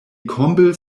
combles